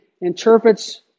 interprets